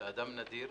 אתה אדם נדיר.